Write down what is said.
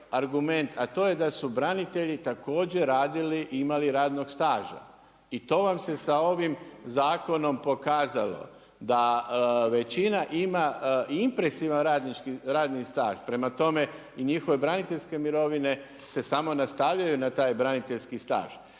a to je da su branitelji također radili i imali radnog staža i to vam se sa ovim zakonom pokazalo da većina ima impresivan radni staž. Prema tome i njihove braniteljske mirovine se samo nastavljaju na taj braniteljski staž.